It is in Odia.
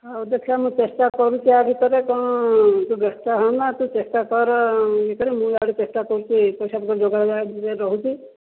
ହଉ ଦେଖିବା ମୁଁ ଚେଷ୍ଟା କରୁଛି ୟା ଭିତରେ ତୁ ବ୍ୟସ୍ତ ହନା ତୁ ଚେଷ୍ଟା କର ଇଏ ମୁ ଇଆଡ଼େ ଚେଷ୍ଟା କରୁଛି ପଇସା ପତର ଯୋଗାଡ଼ ରେ ରହୁଛି